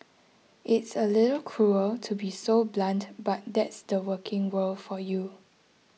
it's a little cruel to be so blunt but that's the working world for you